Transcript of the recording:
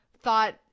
thought